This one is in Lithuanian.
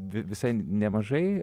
vi visai nemažai